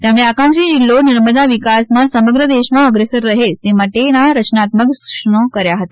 તેમણે આકાંક્ષી જીલ્લો નર્મદા વિકાસમાં સમગ્ર દેશમાં અગ્રેસર રહે તે માટેના રચનાત્મક સૂચનો કર્યા હતા